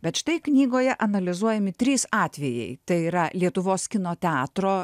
bet štai knygoje analizuojami trys atvejai tai yra lietuvos kino teatro